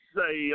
say